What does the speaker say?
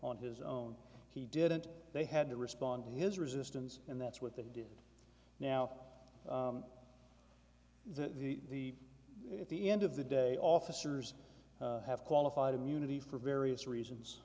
on his own he didn't they had to respond to his resistance and that's what they did now the at the end of the day officers have qualified immunity for various reasons